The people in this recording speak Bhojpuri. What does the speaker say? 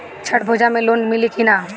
छठ पूजा मे लोन मिली की ना?